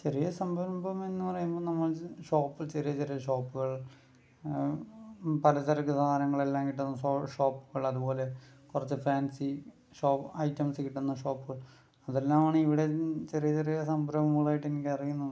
ചെറിയ സംരംഭം എന്ന് പറയുമ്പോൾ നമ്മൾ ഷോപ്പ് ചെറിയ ചെറിയ ഷോപ്പുകൾ പലചരക്ക് സാധനങ്ങളെല്ലാം കിട്ടുന്ന ഷോ ഷോപ്പുകൾ അതുപോലെ കുറച്ച് ഫേൻസി ഷോ ഐറ്റംസ് കിട്ടുന്ന ഷോപ്പ് അതെല്ലാമാണ് ഇവിടെ ചെറിയ ചെറിയ സംരംഭങ്ങളായിട്ട് എനിക്ക് അറിയുന്നത്